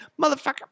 motherfucker